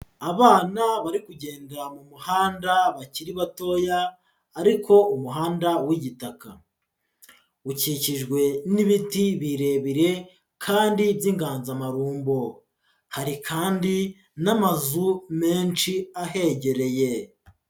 Abana bari kugenda mu muhanda bakiri batoya, ariko umuhanda w'igitaka. Ukikijwe n'ibiti birebire kandi by'inganzamarumbo. Hari kandi n'amazu menshi ahegereye.